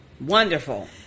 Wonderful